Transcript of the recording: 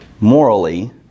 morally